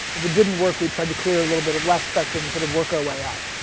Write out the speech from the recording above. if it didn't work, we tried to clear a little bit of less spectrum and sort of work our way up.